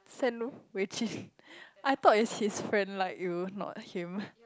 send Wei-Jun I thought it's his friend like you not him